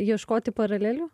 ieškoti paralelių